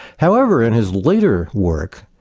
however in his later work,